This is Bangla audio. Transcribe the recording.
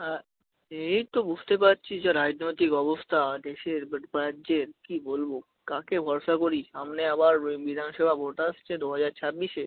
হ্যাঁ এই তো বুঝতে পরছিস রাজনৈতিক অবস্থা দেশের বা রাজ্যের কী বলবো কাকে ভরসা করি সামনে আবার ওই বিধানসভা ভোট আসছে দু হাজার ছাব্বিশে